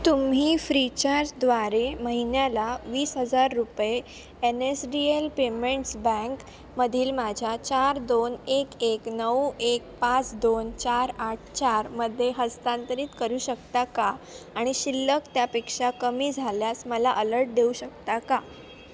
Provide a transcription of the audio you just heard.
तुम्ही फ्रीचार्जद्वारे महिन्याला वीस हजार रुपये N S D L payments बँकेमधील माझ्या चार दोन एक एक नऊ एक पाच दोन चार आठ चारमध्ये हस्तांतरित करू शकता का आणि शिल्लक त्यापेक्षा कमी झाल्यास मला अलर्ट देऊ शकता का